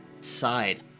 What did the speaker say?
side